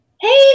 Hey